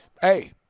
Hey